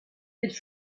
elle